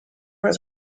was